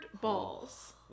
balls